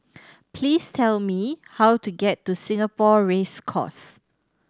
please tell me how to get to Singapore Race Course